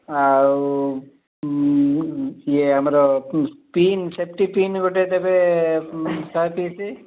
ଆଉ ଇଏ ଆମର ପିନ୍ ସେଫ୍ଟି ପିନ୍ ଗୋଟେ ଦେବେ ଶହେ ପିସ୍